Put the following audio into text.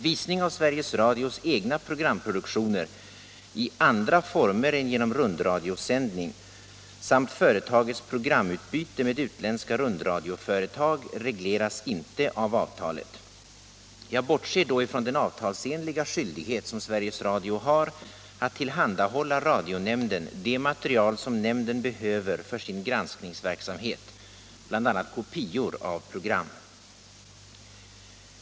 Visning av Sveriges Radios egna programproduktioner i andra former än genom rundradiosändning samt företagets programutbyte med utländska rundradioföretag regleras inte av avtalet. Jag bortser då ifrån den avtalsenliga skyldighet som Sveriges Radio har att tillhandahålla radionämnden det material som nämnden behöver för sin granskningsverksamhet, bl.a. kopior av program.